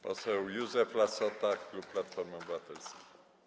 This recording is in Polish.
Poseł Józef Lassota, klub Platformy Obywatelskiej.